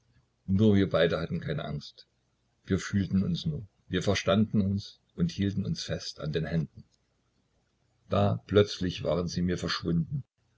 nur wir beide hatten keine angst wir fühlten uns nur wir verstanden uns und hielten uns fest an den händen da plötzlich waren sie mir verschwunden